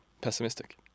pessimistic